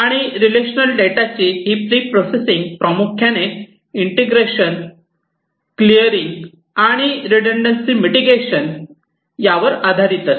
आणि रिलेशनल डेटाची ही प्रि प्रोसेसिंग प्रामुख्याने इंटिग्रेशन एकत्रीकरण क्लियरिंग आणि रिडंडंसी मिटिगेशन शमन यावर आधारित असते